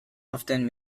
often